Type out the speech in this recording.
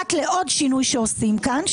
נוגעת לעוד שינוי שעושים כאן,